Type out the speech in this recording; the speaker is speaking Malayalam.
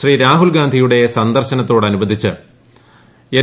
ശ്രീ രാഹുൽ ഗാന്ധിയുടെ സന്ദർശനത്തോട് അനുബന്ധിച്ച് എൻ